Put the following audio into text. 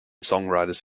songwriters